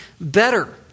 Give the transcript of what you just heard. better